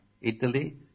Italy